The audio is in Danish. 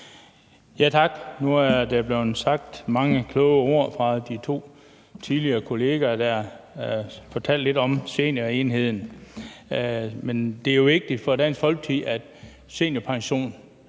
Tak. Nu er der blevet sagt mange kloge ord tidligere af de to kolleger, der fortalte lidt om seniorenheden. Men det er jo vigtigt for Dansk Folkeparti, at seniorpension